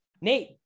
Nate